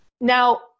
now